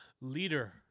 leader